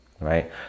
right